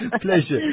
Pleasure